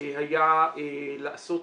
היה לעשות